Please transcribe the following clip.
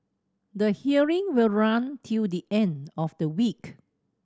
the hearing will run till the end of the week